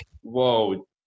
whoa